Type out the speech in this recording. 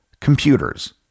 computers